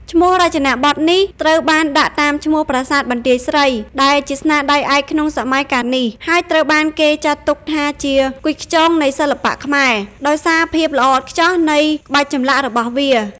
ឈ្មោះរចនាបថនេះត្រូវបានដាក់តាមឈ្មោះ ប្រាសាទបន្ទាយស្រី ដែលជាស្នាដៃឯកក្នុងសម័យកាលនេះ ហើយត្រូវបានគេចាត់ទុកថាជា "គុជខ្យងនៃសិល្បៈខ្មែរ" ដោយសារភាពល្អល្អះនៃក្បាច់ចម្លាក់របស់វា។